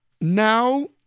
now